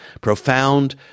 profound